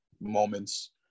moments